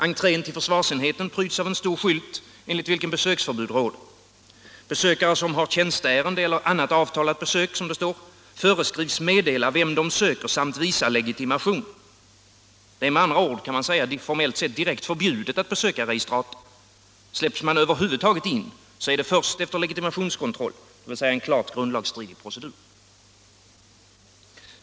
Entrén till försvarsenheten pryds av en stor skylt, enligt vilken besöksförbud råder. Besökare som har tjänsteärende eller annat avtalat besök, som det står, föreskrivs meddela vem de söker samt visa legitimation. Det är med andra ord formellt sett direkt förbjudet att besöka registrator. Släpps man över huvud taget dit in är det först efter legitimationskontroll, dvs. en klart grundlagsstridig procedur.